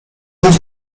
moved